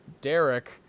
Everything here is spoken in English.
Derek